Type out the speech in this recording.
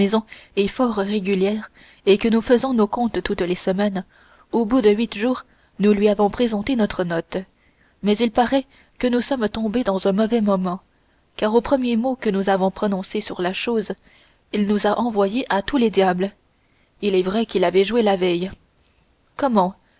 est fort régulière et que nous faisons nos comptes toutes les semaines au bout de huit jours nous lui avons présenté notre note mais il paraît que nous sommes tombés dans un mauvais moment car au premier mot que nous avons prononcé sur la chose il nous a envoyés à tous les diables il est vrai qu'il avait joué la veille comment